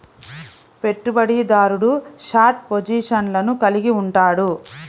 పెట్టుబడిదారుడు షార్ట్ పొజిషన్లను కలిగి ఉంటాడు